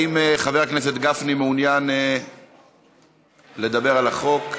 האם חבר הכנסת גפני מעוניין לדבר על החוק?